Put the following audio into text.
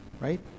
right